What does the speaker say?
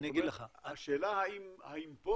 השאלה האם פה